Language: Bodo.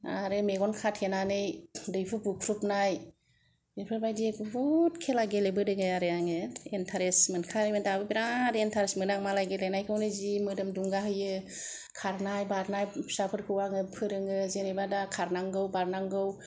आरो मेगन खाथेनानै दैहु बुख्रुबनाय बेफोरबायदि बहुत खेला गेलेबोदों आरो आङो एन्टारेस्ट मोनखायो मोन आंङो दाबो बेराद एन्टारेस्ट मोनो मालाय गेलेनाय खौनो जि मोदोम दुंगा होयो खारनाय बारनाय फिसाफोरखौबो आङो फोरोङो जेनेबा दा खारनांगौ बारनांगौ